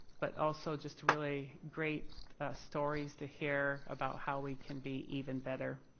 but also just really great stories to hear about how we can be even better.